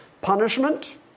punishment